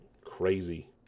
Crazy